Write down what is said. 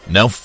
Now